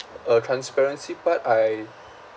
uh transparency part I